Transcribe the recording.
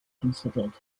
considered